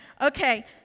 Okay